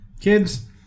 kids